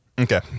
Okay